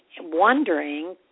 wondering